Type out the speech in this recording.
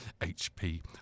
HP